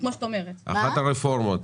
אני לא יודע אם אתם יודעים, ואחת הרפורמות